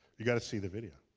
you got to see the video.